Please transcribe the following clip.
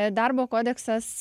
darbo kodeksas